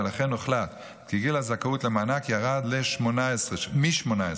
ולכן הוחלט כי גיל הזכאות למענק ירד ל-18 שנים.